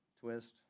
twist